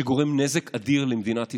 שגורם נזק אדיר למדינת ישראל.